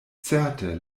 certe